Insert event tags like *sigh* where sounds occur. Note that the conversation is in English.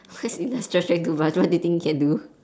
*laughs* what's industrial strength toothbrush what do you think it can do